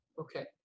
Okay